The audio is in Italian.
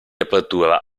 apertura